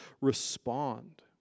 respond